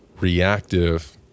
reactive